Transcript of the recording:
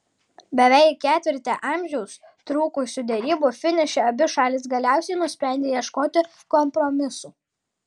beveik ketvirtį amžiaus trukusių derybų finiše abi šalys galiausiai nusprendė ieškoti kompromisų